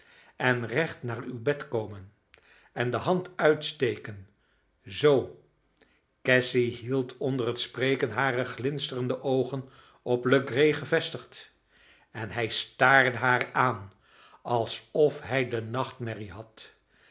en recht naar uw bed komen en de hand uitsteken zoo cassy hield onder het spreken hare glinsterende oogen op legree gevestigd en hij staarde haar aan alsof hij de nachtmerrie had